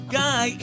guy